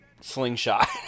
slingshot